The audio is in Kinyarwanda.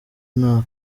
nta